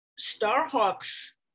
Starhawk's